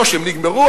לא שהם נגמרו,